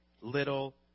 little